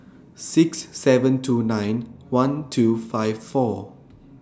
six seven two nine one two five four